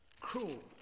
cruel